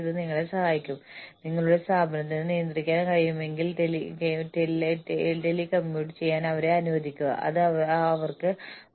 അതിനാൽ പ്രകടന സംവിധാനങ്ങൾക്കായുള്ള വ്യക്തിഗത വേതനത്തിന്റെ ഗുണങ്ങളും ദോഷങ്ങളും അവ ചർച്ച ചെയ്യുകയും പ്രകടന പദ്ധതികൾക്ക് പണം നൽകുകയും ചെയ്യുന്നു